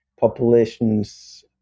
populations